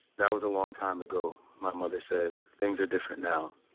that was a long time ago, my mother said. things are different now.